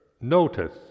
notice